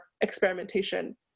experimentation